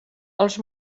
els